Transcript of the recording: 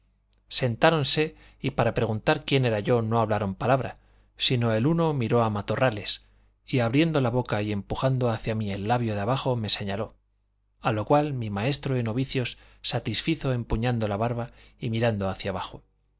sentáronse y para preguntar quién era yo no hablaron palabra sino el uno miró a matorrales y abriendo la boca y empujando hacia mí el labio de abajo me señaló a lo cual mi maestro de novicios satisfizo empuñando la barba y mirando hacia abajo